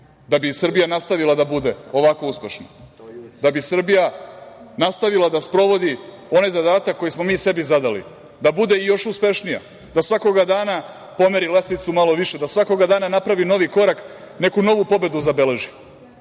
da bi Srbija nastavila da bude ovako uspešna, da bi Srbija nastavila da sprovodi onaj zadatak koji smo mi sebi zadali, da bude još uspešnija, da svakog dana pomeri lestvicu malo više, da svakog dana napravi novi korak, neku novu pobedu zabeleži,